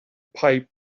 pipe